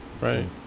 Right